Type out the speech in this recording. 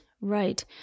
right